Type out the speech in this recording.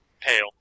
Pale